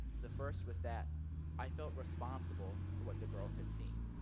the first was that i felt responsible for what the girls had seen.